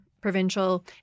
provincial